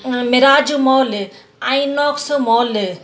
Miraj mall INOX mall